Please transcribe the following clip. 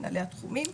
מנהלי התחומים.